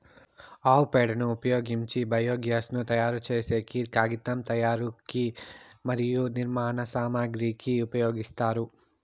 ఆవు పేడను ఉపయోగించి బయోగ్యాస్ ను తయారు చేసేకి, కాగితం తయారీకి మరియు నిర్మాణ సామాగ్రి కి ఉపయోగిస్తారు